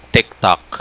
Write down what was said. TikTok